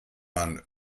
man